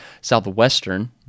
Southwestern